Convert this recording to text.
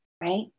right